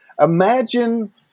Imagine